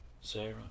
Sarah